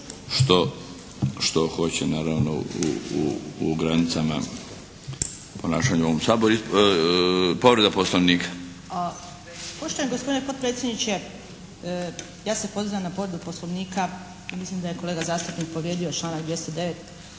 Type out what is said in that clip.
što hoće, naravno u granicama ponašanja u ovom Saboru. Povreda Poslovnika. **Škare Ožbolt, Vesna (DC)** Poštovani gospodine potpredsjedniče, ja se pozivam na povredu Poslovnika i mislim da je kolega zastupnik povrijedio članak 209.